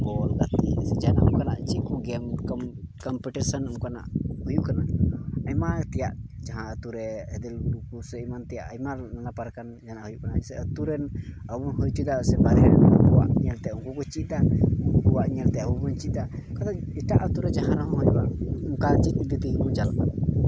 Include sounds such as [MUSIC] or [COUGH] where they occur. [UNINTELLIGIBLE] ᱡᱟᱦᱟᱸ ᱱᱚᱝᱠᱟᱱᱟᱜ ᱪᱮᱫ ᱠᱚ ᱜᱮᱢ ᱠᱚᱢᱯᱤᱴᱤᱥᱮᱱ ᱱᱚᱝᱠᱟᱱᱟᱜ ᱦᱩᱭᱩᱜ ᱠᱟᱱᱟ ᱟᱭᱢᱟ ᱛᱮᱭᱟᱜ ᱡᱟᱦᱟᱸ ᱟᱹᱛᱩ ᱨᱮ ᱠᱷᱮᱹᱞ ᱛᱮᱭᱟᱜ ᱥᱮ ᱟᱭᱢᱟ ᱯᱨᱚᱠᱟᱨ ᱡᱟᱦᱟᱱᱟᱜ ᱦᱩᱭᱩᱜ ᱠᱟᱱᱟ ᱥᱮ ᱟᱹᱛᱩ ᱨᱮᱱ ᱟᱵᱚ ᱵᱚᱱ ᱦᱩᱭ ᱦᱚᱪᱚᱭᱫᱟ [UNINTELLIGIBLE] ᱩᱱᱠᱩ ᱠᱚ ᱪᱮᱫ ᱫᱟ ᱩᱱᱠᱩᱣᱟᱜ ᱧᱮᱞ ᱛᱮ ᱟᱵᱚ ᱵᱚᱱ ᱪᱮᱫᱟ ᱟᱫᱚ ᱮᱴᱟᱜ ᱟᱹᱛᱩ ᱨᱮ ᱡᱟᱦᱟᱱᱟᱜ ᱚᱱᱠᱟ [UNINTELLIGIBLE]